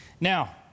Now